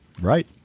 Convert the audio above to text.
Right